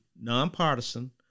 nonpartisan